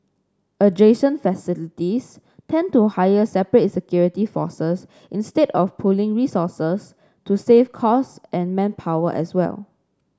adjacent facilities tend to hire separate security forces instead of pooling resources to save costs and manpower as well